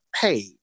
hey